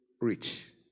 rich